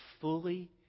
fully